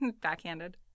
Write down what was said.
Backhanded